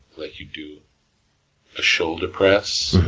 let you do a shoulder press